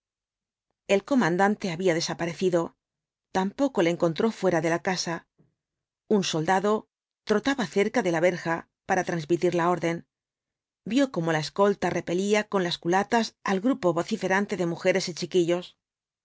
el comandante había desaparecido tampoco le encontró fuera de la casa un soldado trotaba cerca de la verja para transmitir la orden vio cómo la escolta repelía con las culatas al grupo vociferante de mujeres y chiquillos